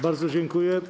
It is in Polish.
Bardzo dziękuję.